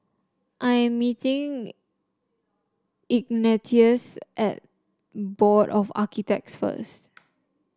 I am meeting Ignatius at Board of Architects first